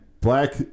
black